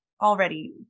already